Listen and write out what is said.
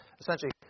essentially